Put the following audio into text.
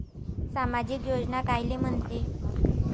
सामाजिक योजना कायले म्हंते?